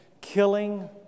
killing